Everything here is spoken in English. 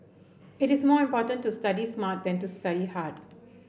it is more important to study smart than to study hard